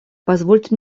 позвольте